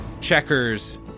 Checkers